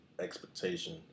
expectation